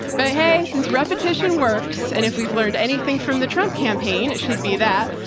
but hey, since repetition works and if we've learned anything from the trump campaign, it should be that,